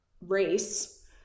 race